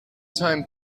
time